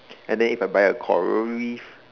and then if I buy a coral reef